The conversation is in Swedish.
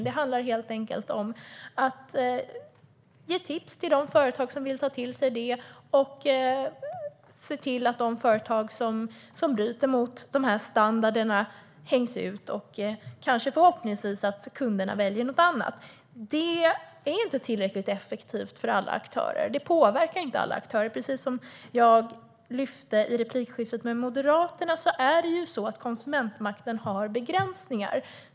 Det handlar om name and shame och att ge tips till de företag som vill ta till sig dem och se till att de företag som bryter mot standarderna hängs ut, och förhoppningsvis väljer kunderna något annat. Detta är inte tillräckligt effektivt för alla aktörer och påverkar inte alla aktörer. Som jag lyfte i replikskiftet med Moderaterna har konsumentmakten begränsningar.